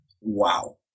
wow